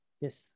Yes